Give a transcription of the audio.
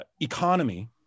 economy